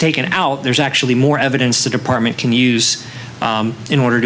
taken out there's actually more evidence the department can use in order